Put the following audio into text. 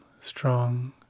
strong